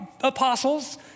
apostles